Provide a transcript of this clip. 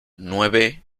nueve